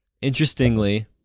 interestingly